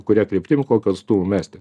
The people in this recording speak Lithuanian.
kuria kryptim kokiu atstumu mesti